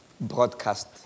broadcast